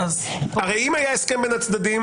הרי אם היה הסכם בין הצדדים,